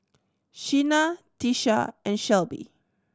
Sheena Tisha and Shelbie